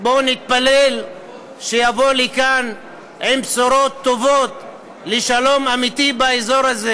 בואו נתפלל שיבוא לכאן עם בשורות טובות לשלום אמיתי באזור הזה,